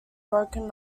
broken